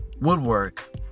woodwork